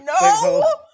No